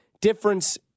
difference